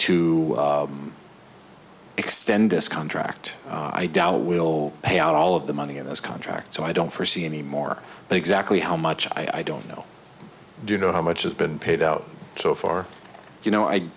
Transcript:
to extend this contract i doubt we'll pay out all of the money in those contracts so i don't forsee anymore exactly how much i don't know do you know how much has been paid out so far you know i